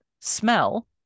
smell